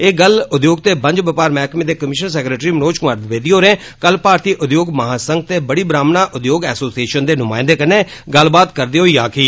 एह् गल्ल उद्योग ते बन्ज बपार मैहकमें दे कमीशनर सैक्रैट्री मनोज कुमार द्विवेदी होरें कल भारती उद्योग महा संघ ते बड़ी ब्राह्मणा उद्योग एसोसिएशन दे नुमायंदे कन्नै गल्लबात करदे होई आक्खी